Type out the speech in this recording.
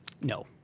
no